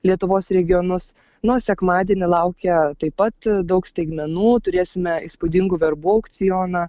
lietuvos regionus na o sekmadienį laukia taip pat daug staigmenų turėsime įspūdingų verbų aukcioną